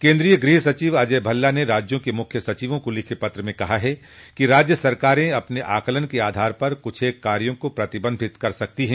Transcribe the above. केन्द्रीय गृह सचिव अजय भल्ला ने राज्यों के मुख्य सचिवों को लिखे पत्र में कहा है कि राज्य सरकारें अपने आकलन के आधार पर कुछेक कार्यों को प्रतिबंधित कर सकती हैं